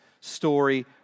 story